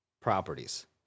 properties